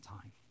time